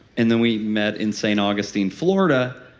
and then we met in st augustine, florida,